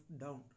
down